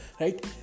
right